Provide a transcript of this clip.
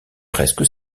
presque